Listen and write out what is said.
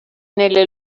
nelle